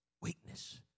Weakness